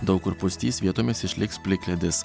daug kur pustys vietomis išliks plikledis